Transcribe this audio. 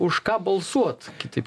už ką balsuot kitaip